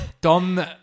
Dom